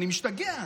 אני משתגע.